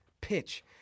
pitch